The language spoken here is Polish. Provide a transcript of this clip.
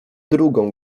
drugą